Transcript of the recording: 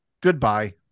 goodbye